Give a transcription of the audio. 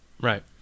Right